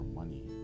money